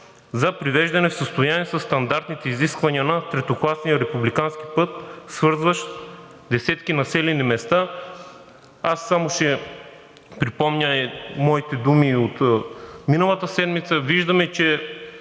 за привеждане в състояние със стандартните изисквания на третокласния републикански път, свързващ десетки населени места? Аз само ще припомня и моите думи и от миналата седмица: виждаме, че